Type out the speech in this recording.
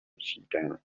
چیدن